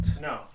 No